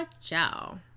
Ciao